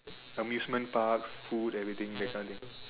amusement parks food everything that one